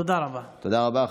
תודה רבה.